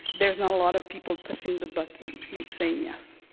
there's not a lot of people touching the button, like saying yes.